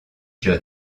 john